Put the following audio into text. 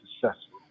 successful